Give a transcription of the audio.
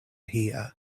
hear